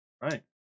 Right